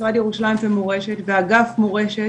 משרד ירושלים ומורשת ואגף מורשת,